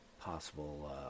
possible